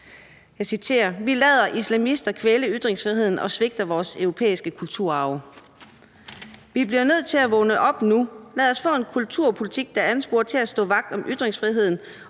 noget op: »Vi lader islamister kvæle ytringsfriheden og svigter vores europæiske kulturarv«, står der i overskriften. Senere står der: »Vi bliver nødt til at vågne op nu. Lad os få en kulturpolitik, der ansporer til at stå vagt om ytringsfriheden